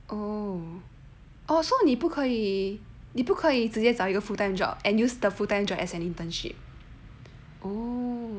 oh oh so 你不可以你不可以直接找一个 full time job and use the full time job as an internship